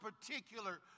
particular